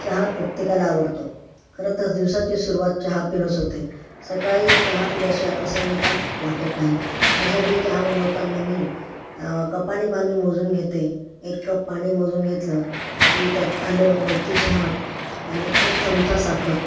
चहा प्रत्येकाला आवडतो खरं तर दिवसाची सुरवात चहा पिऊनच होते सकाळी चहा पिल्याशिवाय प्रसन्नता वाटत नाही माझ्या घरी चहा बनवताना मी कपाने पाणी मोजून घेते एक कप पाणी मोजून घेतलं की त्यात आलं गवती चहा आणि एक चमचा साखर